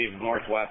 northwest